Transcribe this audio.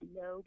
no